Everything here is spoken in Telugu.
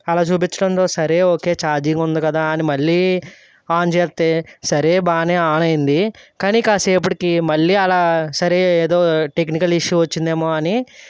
అలా చూపించడంతో సరే ఓకే ఛార్జింగ్ ఉంది కదా అని మళ్ళీ ఆన్ చేస్తే సరే బాగానే ఆన్ అయింది కానీ కాసేపటికి మళ్ళీ అలా సరే ఏదో టెక్నికల్ ఇష్యూ వచ్చిందేమో అని